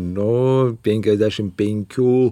nu penkiasdešim penkių